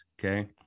Okay